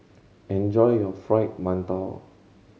enjoy your Fried Mantou